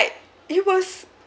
like it was